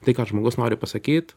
tai ką žmogus nori pasakyt